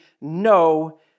no